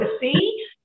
See